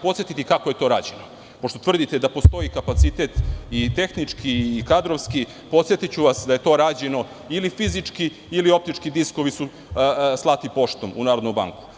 Podsetiću kako je to rađeno, pošto tvrdite da postoji kapacitet i tehnički i kadrovski, podsetiću vas da je to rađeno ili fizički ili su optički diskovi slati poštom u Narodnu banku.